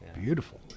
Beautiful